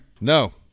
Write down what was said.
No